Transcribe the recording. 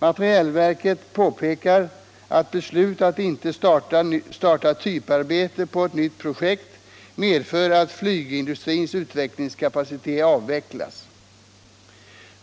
Materielverket påpekar att beslut att inte starta typarbete på ett nytt projekt medför att flygindustrins utvecklingskapacitet avvecklas.